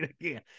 again